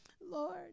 Lord